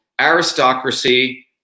aristocracy